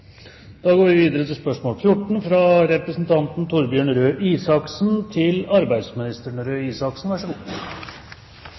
Da går vi videre til neste hovedspørsmål. Mitt spørsmål går til arbeidsministeren.